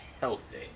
healthy